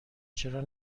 چرا